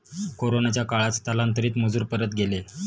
कोरोनाच्या काळात स्थलांतरित मजूर परत गेले